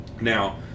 Now